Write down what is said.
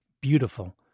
beautiful